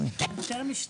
יותר משנתיים,